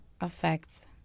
affects